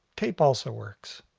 tape also works.